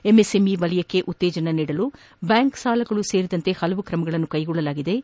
MSME ವಲಯಕ್ಕೆ ಉತ್ತೇಜನ ನೀಡಲು ಬ್ಯಾಂಕ್ ಸಾಲ ಸೇರಿದಂತೆ ಪಲವು ್ರಮ ಕೈಗೊಳ್ಳಲಾಗಿದ್ದು